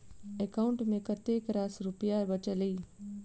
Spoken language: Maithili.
एकाउंट मे कतेक रास रुपया बचल एई